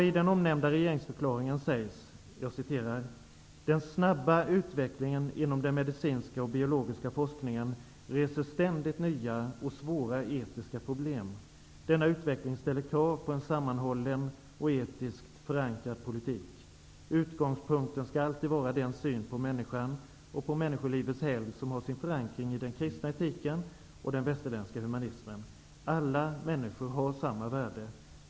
I nämnda regeringsförklaring sägs det på s. 15: ''Den snabba utvecklingen inom den medicinska och biologiska forskningen reser ständigt nya och svåra etiska problem. Denna utveckling ställer krav på en sammanhållen och etiskt förankrad politik. Utgångspunkten skall alltid vara den syn på människan och på människolivets helgd som har sin förankring i den kristna etiken och den västerländska humanismen. Alla människor har samma värde.